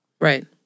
Right